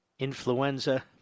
Influenza